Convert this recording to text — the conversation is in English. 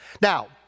Now